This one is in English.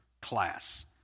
class